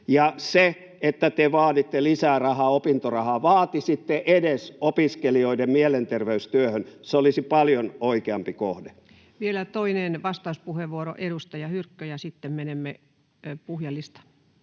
mielekkyyttä. Te vaaditte lisää rahaa opintorahaan. Vaatisitte edes opiskelijoiden mielenterveystyöhön, se olisi paljon oikeampi kohde. Vielä toinen vastauspuheenvuoro, edustaja Hyrkkö, ja sitten menemme puhujalistaan.